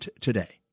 today